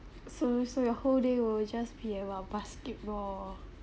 so so your whole day will just be about basketball